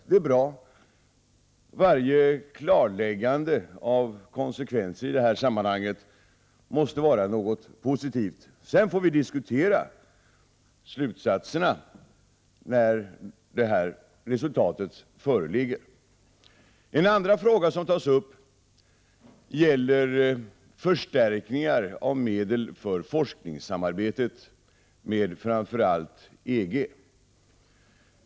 Det är bra med en analys. Varje klarläggande av konsekvenser i det sammanhanget måste vara något positivt. Därefter får vi diskutera slutsatserna när resultatet föreligger. En andra fråga som tas upp gäller förstärkningar av medel för forskningssamarbetet med framför allt EG.